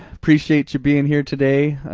appreciate you being here today.